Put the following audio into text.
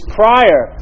prior